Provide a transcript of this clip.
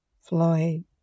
Floyd